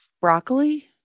Broccoli